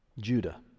Judah